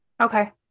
Okay